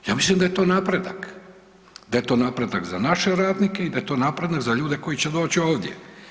Ja mislim da je to napredak, da je to napredak za naše radnike i da je to napredak za ljude koji će doći ovdje.